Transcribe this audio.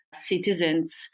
citizens